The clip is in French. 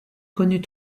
connut